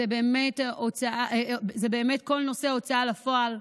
זה באמת נושא ההוצאה לפועל.